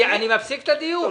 אני מפסיק את הדיון,